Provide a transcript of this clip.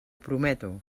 prometo